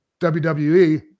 WWE